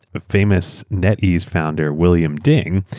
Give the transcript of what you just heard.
famous netease founder william ding,